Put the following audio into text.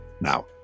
Now